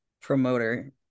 promoter